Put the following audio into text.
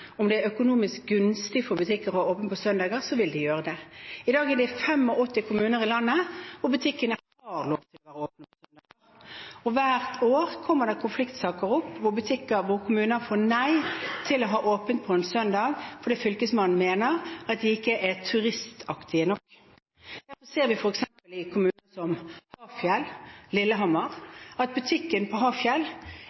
Om det er økonomisk gunstig for butikker å holde åpent på søndager, vil de gjøre det. I dag er det 85 kommuner i landet hvor butikkene har lov til å være åpne på søndager. Hvert år kommer det opp konfliktsaker hvor butikker i kommuner får nei til å ha åpent på søndag fordi Fylkesmannen mener at de ikke er turistaktige nok. Vi ser f.eks. kommuner som Lillehammer og Øyer, der butikken på Hafjell